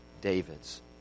David's